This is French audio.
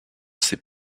ses